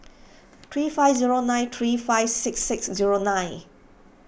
three five zero nine three five six six zero nine